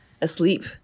asleep